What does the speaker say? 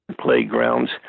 playgrounds